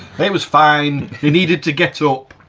it was fine, he needed to get up.